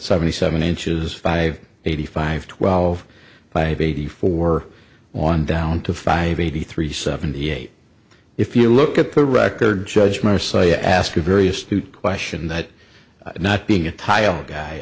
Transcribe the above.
seventy seven inches five eighty five twelve i have eighty four on down to five eighty three seventy eight if you look at the record judgement or so i asked a very astute question that not being a tile guy